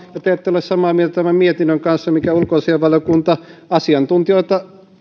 ja te ette ole samaa mieltä tämän mietinnön kanssa minkä ulkoasiainvaliokunta asiantuntijoita